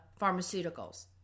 Pharmaceuticals